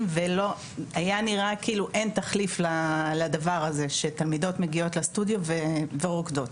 והיה נראה כאילו אין תחליף לדבר הזה שתלמידות מגיעות לסטודיו ורוקדות.